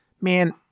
man—